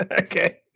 Okay